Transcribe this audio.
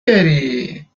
میخوای